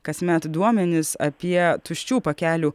kasmet duomenis apie tuščių pakelių